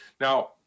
Now